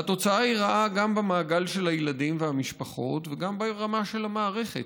התוצאה היא רעה גם במעגל של הילדים והמשפחות וגם ברמה של המערכת.